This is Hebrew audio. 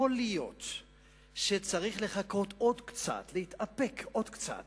יכול להיות שצריך לחכות עוד קצת, להתאפק עוד קצת.